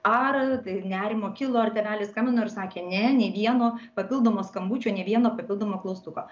ar nerimo kilo ar tėveliai skambino ir sakė ne nė vieno papildomo skambučio nė vieno papildomo klaustuko